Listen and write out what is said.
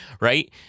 right